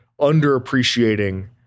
underappreciating